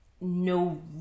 No